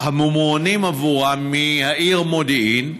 הממוענים עבורם מהעיר מודיעין?